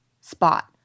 spot